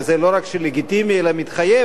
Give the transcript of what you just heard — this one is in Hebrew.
וזה לא רק לגיטימי אלא מתחייב,